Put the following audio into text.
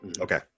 okay